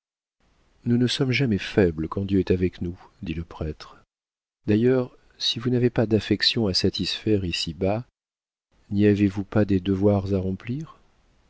nous ne sommes jamais faibles quand dieu est avec nous dit le prêtre d'ailleurs si vous n'avez pas d'affections à satisfaire ici-bas n'y avez-vous pas des devoirs à remplir